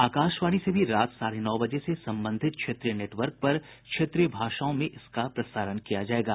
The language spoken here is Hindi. आकाशवाणी से भी रात साढ़े नौ बजे से संबंधित क्षेत्रीय नेटवर्क पर क्षेत्रीय भाषाओं में इसका प्रसारण किया जाएगा